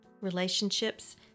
relationships